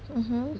mmhmm